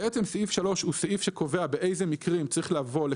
סעיף 3 הוא סעיף שקובע באיזה מקרים צריך לבוא כדי